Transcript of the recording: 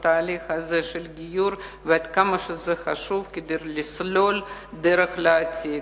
התהליך הזה של גיור ועד כמה זה חשוב כדי לסלול דרך לעתיד.